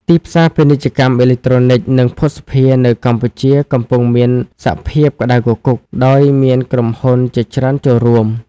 ទីផ្សារ ពាណិជ្ជកម្មអេឡិចត្រូនិក និងភស្តុភារនៅកម្ពុជាកំពុងមានសភាពក្តៅគគុក ដោយមានក្រុមហ៊ុនជាច្រើនចូលរួម។